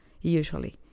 usually